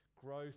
growth